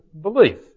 belief